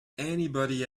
anybody